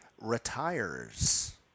retires